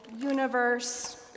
universe